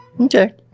Okay